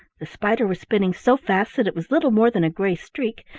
the spider was spinning so fast that it was little more than a gray streak,